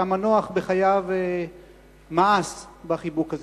כשהמנוח בחייו מאס בחיבוק הזה.